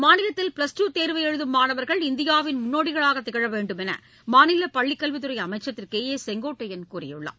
மாநிலத்தில் plus two தேர்வு எழுதும் மாணவர்கள் இந்தியாவில் முன்னோடிகளாக திகழ வேண்டும் என்று மாநில பள்ளிக்கல்வித்துறை அமைச்சர் திரு கே ஏ செங்கோட்டையன் கூறியுள்ளார்